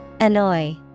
Annoy